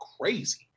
crazy